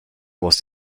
was